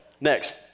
Next